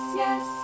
yes